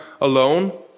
alone